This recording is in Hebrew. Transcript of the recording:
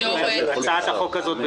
הצעת החוק הזו,